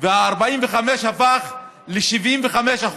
וה-45% הפך ל-75%.